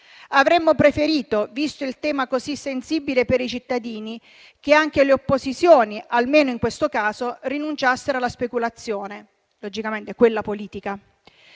Avremmo preferito - visto il tema così sensibile per i cittadini - che anche le opposizioni, almeno in questo caso, rinunciassero alla speculazione, logicamente quella politica.